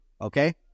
Okay